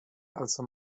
also